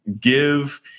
give